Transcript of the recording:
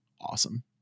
awesome